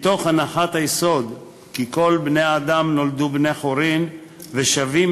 מתוך הנחת היסוד כי כל בני-האדם נולדו בני-חורין ושווים